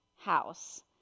house